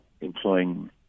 employing